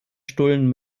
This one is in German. stullen